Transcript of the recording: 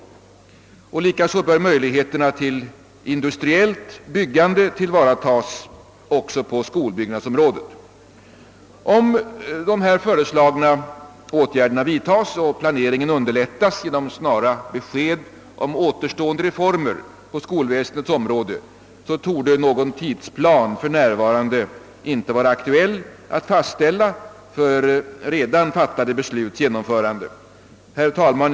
Likaså bör möjligheterna till industriellt byggande tillvaratas också på skolbyggnadsområdet. Om de här föreslagna åtgärderna vidtas och planeringen underlättas genom snara besked beträffande återstående reformer på skolväsendets område, torde det för närvarande inte vara aktuellt att fastställa någon tidsplan för redan fattade besluts genomförande. Herr talman!